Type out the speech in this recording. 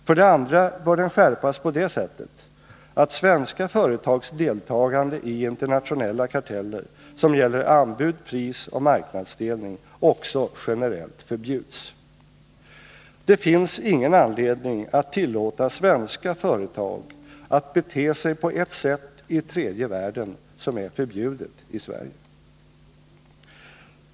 För det andra bör den skärpas på det sättet att svenska företags deltagande i internationella karteller som gäller anbud, pris och marknadsdelning också generellt förbjuds. Det finns ingen anledning att tillåta svenska företag att bete sig på ett sätt i tredje världen som är förbjudet i Sverige.